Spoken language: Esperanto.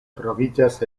troviĝas